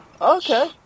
Okay